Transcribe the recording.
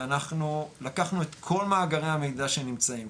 ואנחנו לקחנו את כל מאגרי המידע שנמצאים,